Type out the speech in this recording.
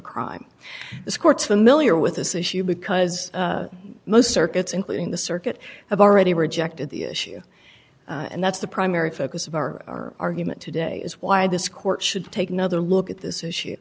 familiar with this issue because most circuits including the circuit have already rejected the issue and that's the primary focus of our argument today is why this court should take another look at this issue